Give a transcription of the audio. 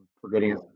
forgetting